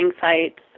sites